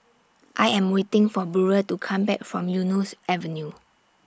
I Am waiting For Burrell to Come Back from Eunos Avenue